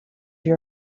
your